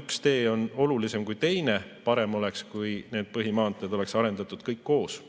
üks tee on olulisem kui teine. Parem oleks, kui põhimaanteid oleks arendatud kõiki koos.